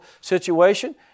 situation